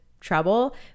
trouble